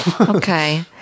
okay